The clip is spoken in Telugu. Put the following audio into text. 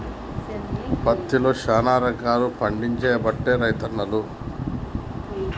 పత్తిలో శానా రకాలు పండియబట్టే రైతన్నలు